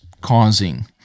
causing